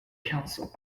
council